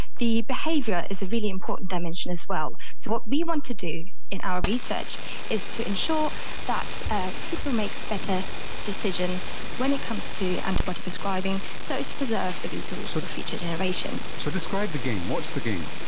the behaviour is a really important dimension as well. so what we want to do in our research is to ensure that ah people make better decisions when it comes to antibody prescribing, so to preserve the resource for sort of future generations. so describe the game, what's the game?